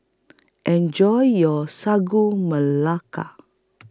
Enjoy your Sagu Melaka